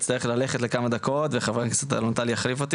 יידע לתת את כל השירותים,